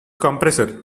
compressor